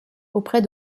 auprès